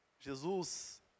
Jesus